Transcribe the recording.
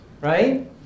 right